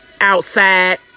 outside